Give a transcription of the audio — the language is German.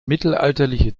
mittelalterliche